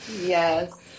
Yes